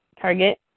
target